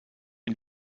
ihn